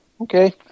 okay